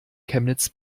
chemnitz